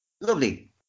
lovely